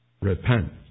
Repent